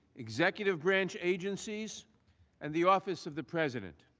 executive branch agencies and the office. of the president,